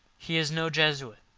he is no jesuit!